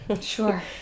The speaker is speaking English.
Sure